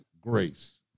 grace